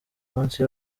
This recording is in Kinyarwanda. munsi